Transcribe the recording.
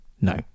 no